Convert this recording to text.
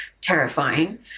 terrifying